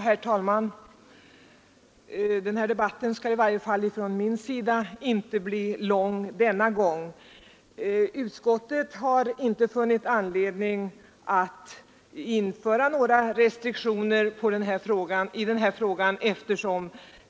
Herr talman! Den här debatten skall i varje fall inte på grund av mig bli lång denna gång. Utskottet har inte funnit anledning att införa några restriktioner i denna fråga.